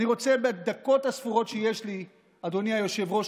אדוני היושב-ראש,